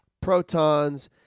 protons